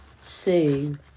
Sue